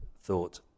thought